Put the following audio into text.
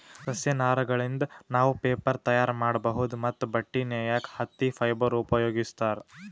ಸಸ್ಯ ನಾರಗಳಿಂದ್ ನಾವ್ ಪೇಪರ್ ತಯಾರ್ ಮಾಡ್ಬಹುದ್ ಮತ್ತ್ ಬಟ್ಟಿ ನೇಯಕ್ ಹತ್ತಿ ಫೈಬರ್ ಉಪಯೋಗಿಸ್ತಾರ್